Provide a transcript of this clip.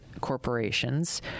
corporations